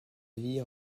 vie